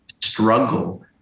struggle